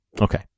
Okay